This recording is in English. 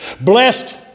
blessed